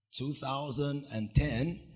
2010